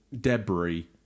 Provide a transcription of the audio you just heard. debris